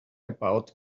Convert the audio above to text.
about